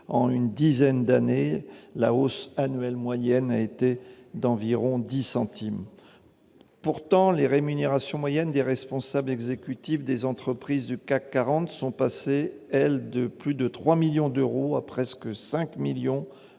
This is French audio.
une dizaine d'années, la hausse annuelle moyenne a été d'environ dix centimes ? Cependant, les rémunérations moyennes des responsables exécutifs des entreprises du CAC 40 sont passées, elles, de plus de 3 millions d'euros à presque 5 millions